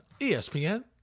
ESPN